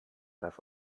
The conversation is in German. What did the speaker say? das